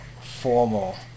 formal